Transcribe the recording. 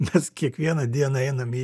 mes kiekvieną dieną einam į